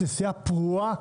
נסיעה פרועה,